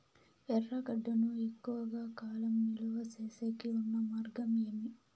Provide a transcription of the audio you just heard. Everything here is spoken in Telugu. ఎర్రగడ్డ ను ఎక్కువగా కాలం నిలువ సేసేకి ఉన్న మార్గం ఏమి?